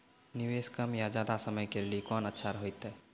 निवेश कम या ज्यादा समय के लेली कोंन अच्छा होइतै?